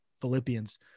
Philippians